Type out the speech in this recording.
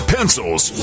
Pencils